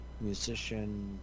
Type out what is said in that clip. musician